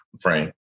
frame